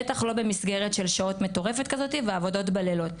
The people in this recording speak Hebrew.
בטח לא במסגרת שעות מטורפת כזאת ועבודה בלילות.